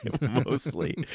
Mostly